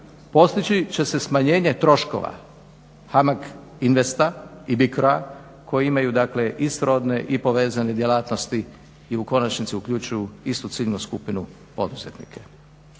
postići će se smanjenje troškova HAMG Investa i BIRCRO-a koji imaju, dakle i srodne i povezane djelatnosti i u konačnici uključuju istu ciljnu skupinu poduzetnika.